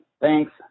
Thanks